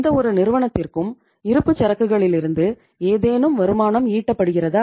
எந்தவொரு நிறுவனத்திற்கும் இருப்புச் சரக்குகளிலிருந்து ஏதேனும் வருமானம் ஈட்டப்படுகிறதா